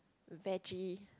veggie